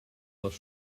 les